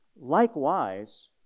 Likewise